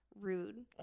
rude